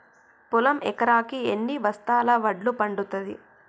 పొలం ఎకరాకి ఎన్ని బస్తాల వడ్లు పండుతుంది?